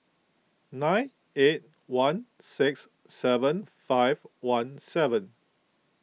nine eight one six seven five one seven